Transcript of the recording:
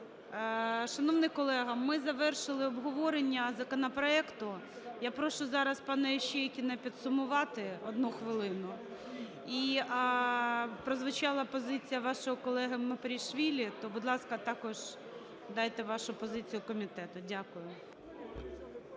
Шановний колего, ми завершили обговорення законопроекту. Я прошу зараз пана Іщейкіна підсумувати, одну хвилину. І прозвучала позиція вашого колеги Мепарішвілі. То, будь ласка, також дайте вашу позицію комітету. Дякую.